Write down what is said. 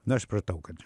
nu aš supratau kad